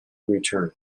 return